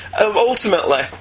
Ultimately